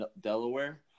Delaware